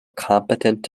competent